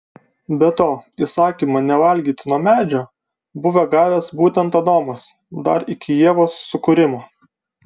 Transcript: be to įsakymą nevalgyti nuo medžio buvo gavęs būtent adomas dar iki ievos sukūrimo